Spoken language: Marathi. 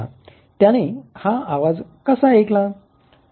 त्याने हा आवाज कसा ऐकला